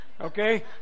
okay